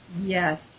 Yes